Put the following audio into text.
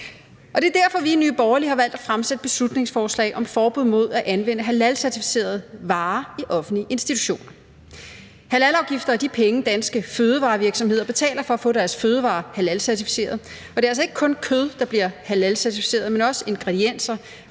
det er derfor, at vi i Nye Borgerlige har valgt at fremsætte beslutningsforslag om forbud mod at anvende halalcertificerede varer i offentlige institutioner. Halalafgifter er de penge, som danske fødevarevirksomheder betaler for at få deres fødevarer halalcertificeret. Og det er altså ikke bare kød, der bliver om halalcertificeret, men også ingredienser,